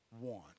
want